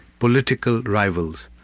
political rivals,